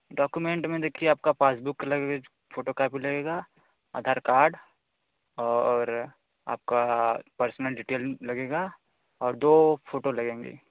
document में देखिए आपकी पासबुक लगेगा फोटोकॉपी लगेगा आधार कार्ड और आपकी पर्सनल डिटेल लगेगी और दो फ़ोटो लगेंगे